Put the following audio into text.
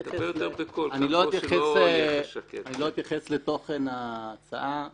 אני לא אתייחס לתוכן ההצעה לחלוטין,